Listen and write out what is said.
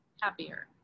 happier